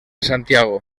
santiago